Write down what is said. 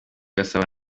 gasabo